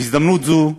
בהזדמנות זו,